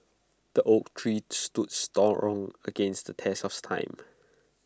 the oak tree stood strong against the test of time